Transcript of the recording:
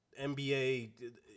NBA